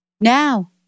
now